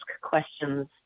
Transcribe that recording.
questions